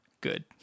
Good